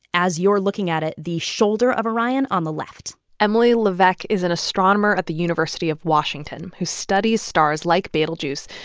as you're looking at it, the shoulder of orion on the left emily levesque is an astronomer at the university of washington who studies stars like betelgeuse,